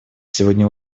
сегодня